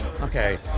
Okay